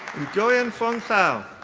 nguyen phuong thao.